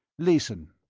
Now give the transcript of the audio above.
listen,